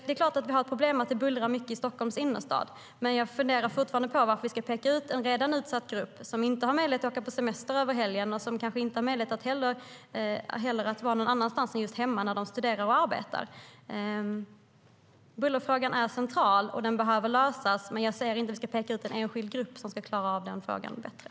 Det är klart att det är ett problem att det bullrar mycket i Stockholms innerstad, men jag funderar fortfarande på varför vi ska peka ut en redan utsatt grupp, som inte har möjlighet att åka på semester, vara borta över helgen eller vara någon annanstans än hemma när de studerar och arbetar. Bullerfrågan är central, och den behöver lösas. Men jag ser inte att vi ska peka ut en enskild grupp som klarar av buller bättre.